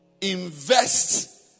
invest